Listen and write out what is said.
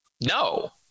no